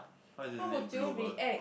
how is it late bloomer